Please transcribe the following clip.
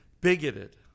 bigoted